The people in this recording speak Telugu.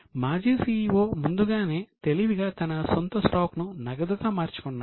అయితే మాజీ CEO ముందుగానే తెలివిగా తన సొంత స్టాక్ ను నగదుగా మార్చుకున్నాడు